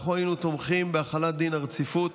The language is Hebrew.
אנחנו היינו תומכים בהחלת דין הרציפות